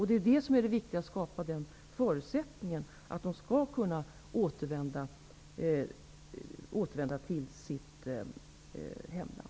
Det är det som är det viktiga, att skapa den förutsättningen, att de skall kunna återvända till sitt hemland.